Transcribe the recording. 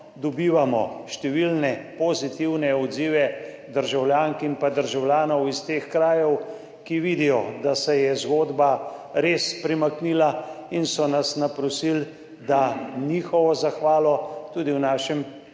dobivamo številne pozitivne odzive državljank in državljanov iz teh krajev, ki vidijo, da se je zgodba res premaknila in so nas naprosili, da njihovo zahvalo tudi v našem